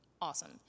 Awesome